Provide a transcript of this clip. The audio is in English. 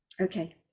Okay